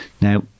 Now